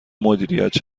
مدیریت